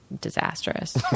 disastrous